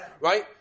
right